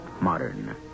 modern